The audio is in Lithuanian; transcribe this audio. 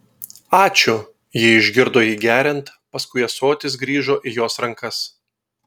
ačiū ji išgirdo jį geriant paskui ąsotis grįžo įjos rankas